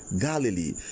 galilee